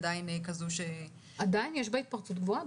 בוודאי, יש בה עדיין התפרצות גבוהה.